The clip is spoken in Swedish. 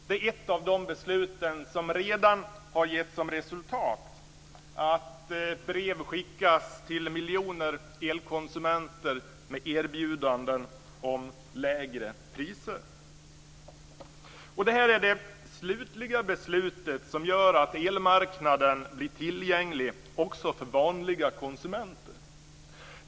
Det är ett av de beslut som redan har gett som resultat att brev skickas till miljoner elkonsumenter med erbjudanden om lägre priser. Det här är det slutliga beslutet som gör att elmarknaden blir tillgänglig också för vanliga konsumenter.